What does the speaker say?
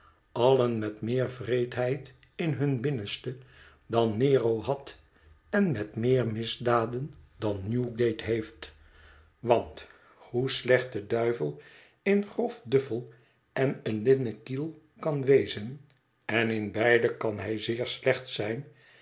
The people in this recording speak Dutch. allen met meer wreedheid in hun binnenste dan nero had en met meer misdaden dan newgate heeft want hoe slecht de duivel in grof duffel en een linnen kiel kan wezen en in beide kan hij zeer slecht zijn